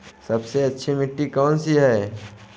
सबसे अच्छी मिट्टी कौन सी है?